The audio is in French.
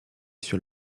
sur